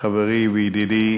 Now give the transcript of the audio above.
חברי וידידי